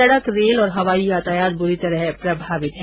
सड़क रेल और हवाई यातायात बुरी तरह प्रभावित है